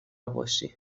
باشی